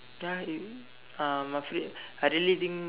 ya you um must read I really think